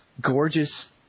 gorgeous